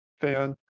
fan